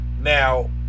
Now